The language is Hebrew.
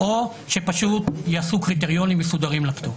או שפשוט יעשו קריטריונים מסודרים לפטור.